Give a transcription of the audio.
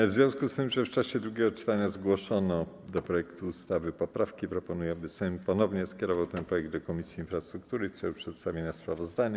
W związku z tym, że w czasie drugiego czytania zgłoszono do projektu ustawy poprawki, proponuję, aby Sejm ponownie skierował ten projekt do Komisji Infrastruktury w celu przedstawienia sprawozdania.